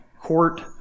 court